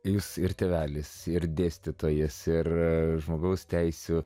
jūs ir tėvelis ir dėstytojas ir žmogaus teisių